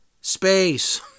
space